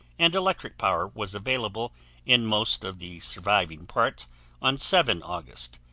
and electric power was available in most of the surviving parts on seven august,